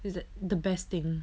it's the the best thing